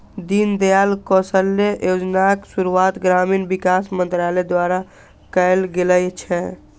दीनदयाल कौशल्य योजनाक शुरुआत ग्रामीण विकास मंत्रालय द्वारा कैल गेल छै